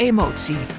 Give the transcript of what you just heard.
Emotie